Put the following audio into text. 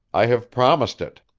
i have promised it.